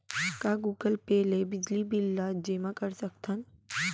का Google Pay ले बिजली बिल ल जेमा कर सकथन?